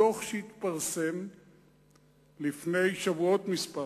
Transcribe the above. בדוח שהתפרסם לפני שבועות מספר,